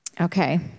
Okay